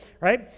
right